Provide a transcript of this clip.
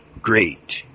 great